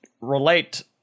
relate